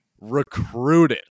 recruited